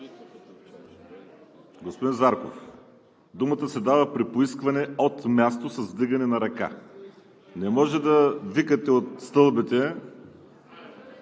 Господин Зарков, думата се дава при поискване от място с вдигане на ръка. Не може да викате от стълбите.